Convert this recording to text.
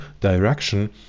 direction